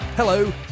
Hello